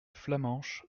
flamenche